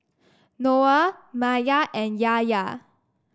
Noah Maya and Yahya